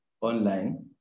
online